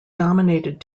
dominated